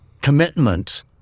commitment